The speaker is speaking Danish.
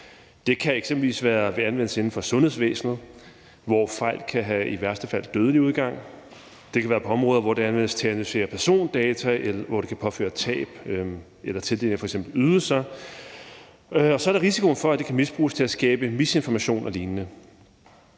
Det kan eksempelvis være ved anvendelse inden for sundhedsvæsenet, hvor fejl i værste fald kan have dødelig udgang. Det kan være på områder, hvor det anvendes til at analysere persondata, hvor det kan påføre tab, eller til tildeling af f.eks. ydelser. Og så er der risikoen for, at det kan misbruges til at skabe misinformation og lignende.